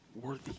worthy